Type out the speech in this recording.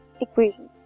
equations